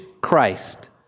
Christ